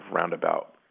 roundabout